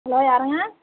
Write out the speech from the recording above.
hello யாருங்க